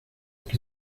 que